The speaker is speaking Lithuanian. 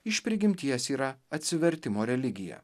iš prigimties yra atsivertimo religija